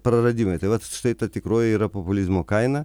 praradimai tai vat štai ta tikroji yra populizmo kaina